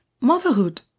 Motherhood